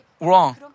wrong